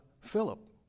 Philip